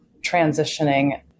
transitioning